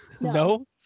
no